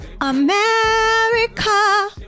America